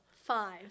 Five